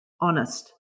honest